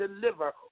deliver